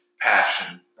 passion